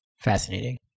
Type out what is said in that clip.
Fascinating